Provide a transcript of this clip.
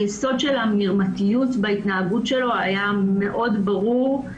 היסוד של המרמתיות בהתנהגות שלו היה מאוד ברור.